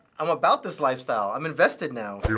i'm about this lifestyle. i'm invested now.